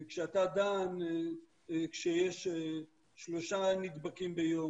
כשאתה דן כשיש שלושה נדבקים ביום,